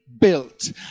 built